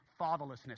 fatherlessness